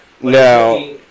Now